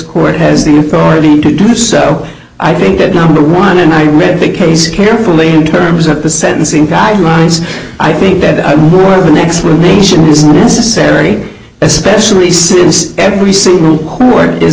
court has the authority to do so i think that the one in the case carefully in terms of the sentencing guidelines i think that i'm more of an explanation is necessary especially since every single word is